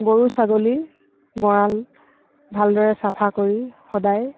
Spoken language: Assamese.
গৰু ছাগলী গঁৰাল ভালদৰে চাফা কৰি সদায়